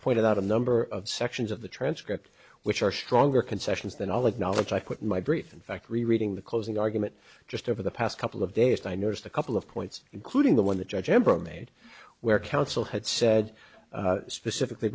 pointed out a number of sections of the transcript which are stronger concessions than all acknowledge i quit my brief in fact rereading the closing argument just over the past couple of days i noticed a couple of points including the one the judge emperor made where counsel had said specifically